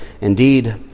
Indeed